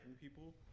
people